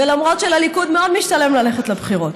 למרות שלליכוד מאוד משתלם ללכת לבחירות,